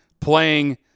playing